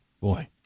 Boy